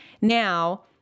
Now